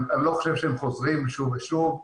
אני לא חושב שהם חוזרים שוב ושוב.